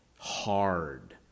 hard